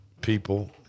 people